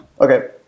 Okay